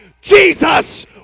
Jesus